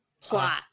plot